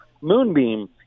Moonbeam